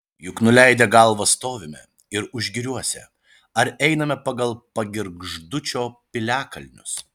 juk nuleidę galvas stovime ir užgiriuose ar einame pagal pagirgždūčio piliakalnius